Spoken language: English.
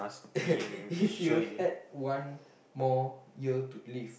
if you had one more year to live